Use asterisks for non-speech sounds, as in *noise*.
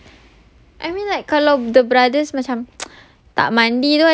ya I mean right I mean like kalau the brothers macam *noise*